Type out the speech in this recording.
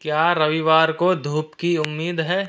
क्या रविवार को धूप की उम्मीद है